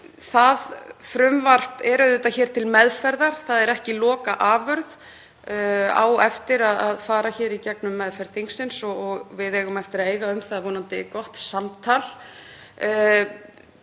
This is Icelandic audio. Það frumvarp er auðvitað hér til meðferðar, það er ekki lokaafurð og á eftir að fara í gegnum meðferð þingsins. Við eigum vonandi eftir að eiga um það gott samtal.